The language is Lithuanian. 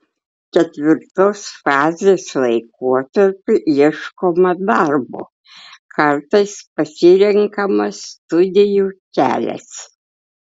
ketvirtos fazės laikotarpiu ieškoma darbo kartais pasirenkama studijų kelias